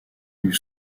lui